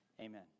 Amen